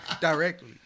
Directly